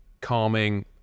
calming